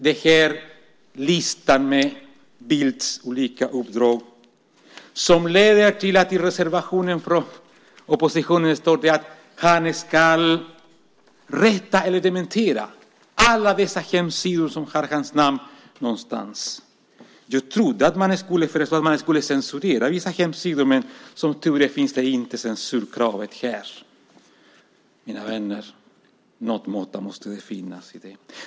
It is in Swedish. Det handlar om listan med Bildts olika uppdrag som leder till att det i reservationen från oppositionen står att han ska rätta eller dementera alla de hemsidor som har hans namn någonstans. Jag trodde att man skulle föreslå att man skulle censurera vissa hemsidor, men som tur är finns det inte censurkrav här. Mina vänner, någon måtta måste det finnas.